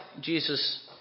Jesus